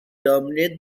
dominate